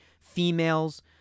females